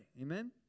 amen